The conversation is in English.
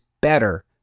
better